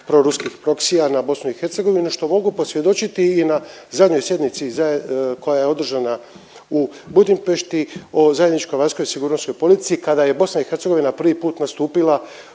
proruskih proksija na BiH što mogu posvjedočiti i na zadnjoj sjednici koja je održana u Budimpešti o zajedničkoj vanjskoj sigurnosnoj politici kada je BiH prvi puta nastupila